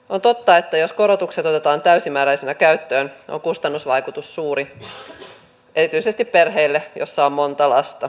on totta että jos korotukset otetaan täysimääräisinä käyttöön on kustannusvaikutus suuri erityisesti perheille joissa on monta lasta